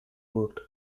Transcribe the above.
worked